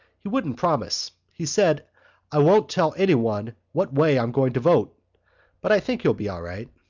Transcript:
he wouldn't promise. he said i won't tell anyone what way i'm going to vote but i think he'll be all right.